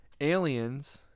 Aliens